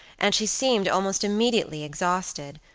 and she seemed, almost immediately, exhausted,